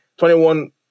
21